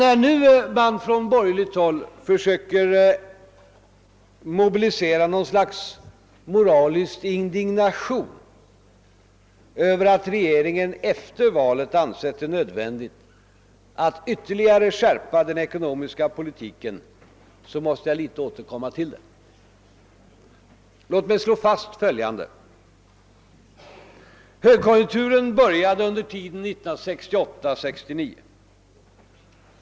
Men när man nu från borgerligt håll försöker mobilisera något slags moralisk indignation över att regeringen efter valet har ansett det nödvändigt att ytterligare skärpa den ekonomiska politiken måste jag något återkomma till den. Låt mig slå fast följande. Högkonjunkturen började under tiden 1968,69.